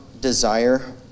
desire